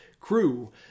crew